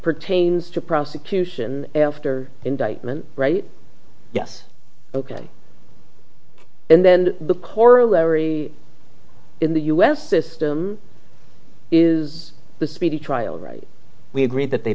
pertains to prosecution after indictment right yes ok and then the corollary in the u s system is the speedy trial right we agreed that they